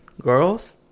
girls